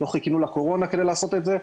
לא חיכינו לקורונה כדי לעשות את זה,